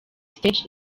stage